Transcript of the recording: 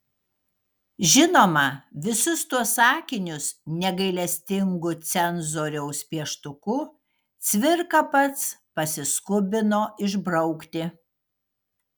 žinoma visus tuos sakinius negailestingu cenzoriaus pieštuku cvirka pats pasiskubino išbraukti